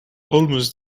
almost